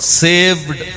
saved